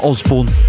Osborne